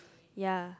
ya